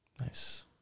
nice